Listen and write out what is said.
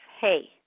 hey